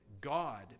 God